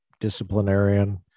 disciplinarian